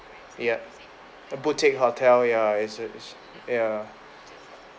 ya a boutique hotel ya is is ya